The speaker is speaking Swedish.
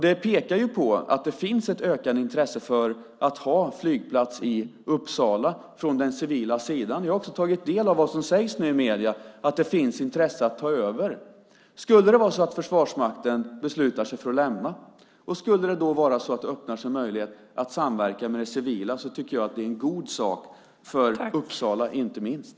Det pekar på att det finns ett ökande intresse för att ha flygplats i Uppsala från den civila sidan. Jag har också tagit del av vad som sägs i medier, nämligen att det finns intresse av att ta över. Skulle det vara så att Försvarsmakten beslutar sig för att lämna och det då skulle vara så att det öppnar sig en möjlighet att samverka med det civila tycker jag att det är en god sak, för Uppsala inte minst.